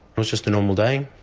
it was just a normal day,